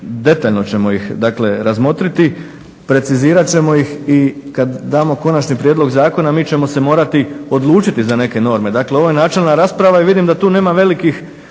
detaljno ćemo ih dakle razmotriti, precizirat ćemo ih i kad damo konačni prijedlog zakona mi ćemo se morati odlučiti za neke norme. Dakle, ovo je načelna rasprava i vidim da tu nema velikih